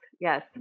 yes